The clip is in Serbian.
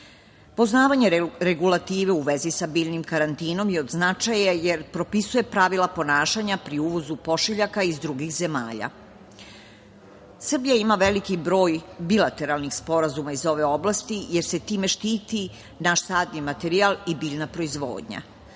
Poznavanje regulative u vezi sa biljnim karantinom je od značaja jer propisuje pravila ponašanja pri uvozu pošiljaka iz drugih zemalja. Srbija ima veliki broj bilateralnih sporazuma iz ove oblasti jer se time štiti naš sadni materijal i biljna proizvodnja.